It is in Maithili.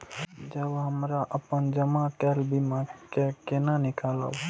जब हमरा अपन जमा केल बीमा के केना निकालब?